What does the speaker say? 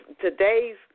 today's